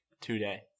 today